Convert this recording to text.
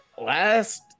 last